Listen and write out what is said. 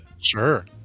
sure